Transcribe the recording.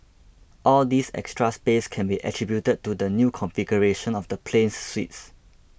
all this extra space can be attributed to the new configuration of the plane's suites